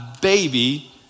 baby